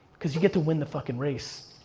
cause you get to win the fucking race.